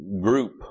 group